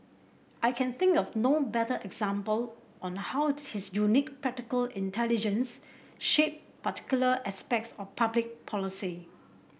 I can think of no better example on how his unique practical intelligence shaped particular aspects of public policy